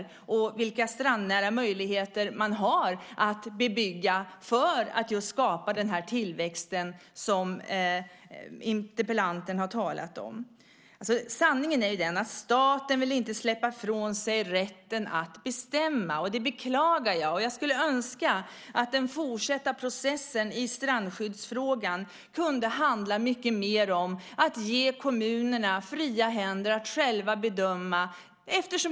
De vet vilka strandnära möjligheter man har att bebygga för att skapa den tillväxt som interpellanten har talat om. Sanningen är den att staten inte vill släppa ifrån sig rätten att bestämma. Det beklagar jag. Jag skulle önska att den fortsatta processen i strandskyddsfrågan kunde handla mycket mer om att ge kommunerna fria händer att själva bedöma.